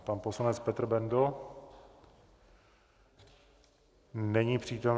Pan poslanec Petr Bendl, není přítomen.